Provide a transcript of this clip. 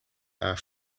are